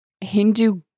hindu